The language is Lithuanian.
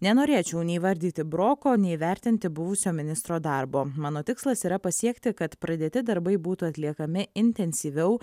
nenorėčiau neįvardyti broko neįvertinti buvusio ministro darbo mano tikslas yra pasiekti kad pradėti darbai būtų atliekami intensyviau